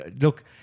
look